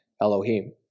Elohim